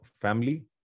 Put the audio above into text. family